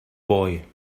boy